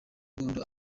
mbungo